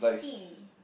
si